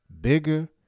bigger